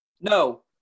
No